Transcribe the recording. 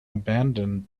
abandoned